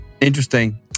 Interesting